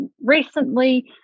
recently